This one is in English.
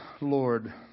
Lord